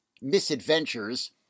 misadventures